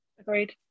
agreed